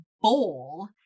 bowl